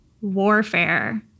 warfare